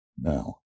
now